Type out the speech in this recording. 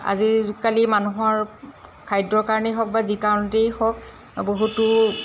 আজিকালি মানুহৰ খাদ্যৰ কাৰণেই হওক বা যি কাৰণতেই হওক বহুতো